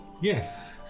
Yes